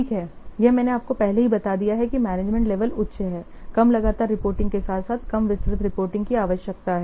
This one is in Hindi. ठीक है यह मैंने आपको पहले ही बता दिया है कि मैनेजमेंट लेवल उच्च है कम लगातार रिपोर्टिंग के साथ साथ कम विस्तृत रिपोर्टिंग की आवश्यकता है